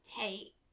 take